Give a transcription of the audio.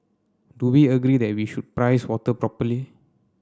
do we agree that we should price water properly